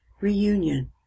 Reunion